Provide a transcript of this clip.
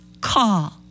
call